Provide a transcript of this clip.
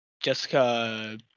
Jessica